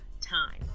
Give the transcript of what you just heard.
time